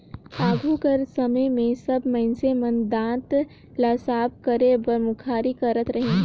आघु कर समे मे सब मइनसे मन दात ल साफ करे बर मुखारी करत रहिन